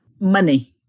Money